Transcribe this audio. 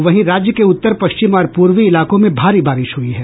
वहीं राज्य के उत्तर पश्चिम और पूर्वी इलाकों में भारी बारिश हुई है